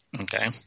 Okay